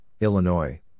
Illinois